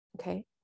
okay